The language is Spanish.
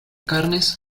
carnes